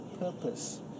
purpose